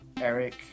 Eric